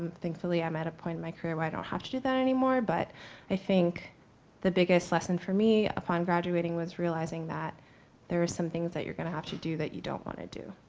thankfully, i'm at a point in my career where i don't have to do that anymore, but i think the biggest lesson for me upon graduating was realizing that there are some things that you're going to have to do that you don't want to do.